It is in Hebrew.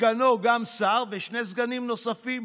סגנו גם שר, ושני סגנים נוספים.